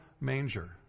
manger